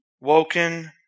Woken